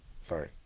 Sorry